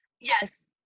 Yes